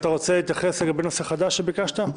אתה רוצה להתייחס לנושא חדש שביקשת?